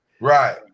Right